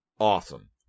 awesome